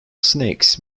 snakes